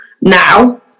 now